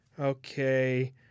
Okay